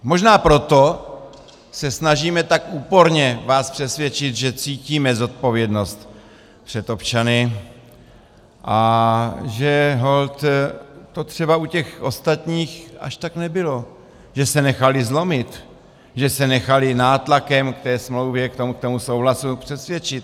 Možná proto se snažíme tak úporně vás přesvědčit, že cítíme zodpovědnost před občany a že holt to třeba u těch ostatních až tak nebylo, že se nechali zlomit, že se nechali nátlakem k té smlouvě, k tomu souhlasu, přesvědčit.